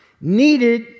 needed